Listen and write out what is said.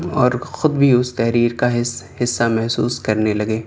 اور خود بھی اس تحریر کا حصہ محسوس کرنے لگے